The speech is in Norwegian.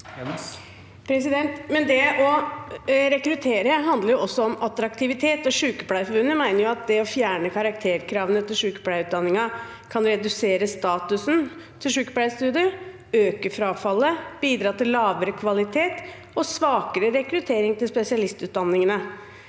Det å rekruttere handler også om attraktivitet, og Sykepleierforbundet mener at det å fjerne karakterkravene til sykepleierutdanningen kan redusere statusen til sykepleierstudiet, øke frafallet, bidra til lavere kvalitet og svakere rekruttering til spesialistutdanningene.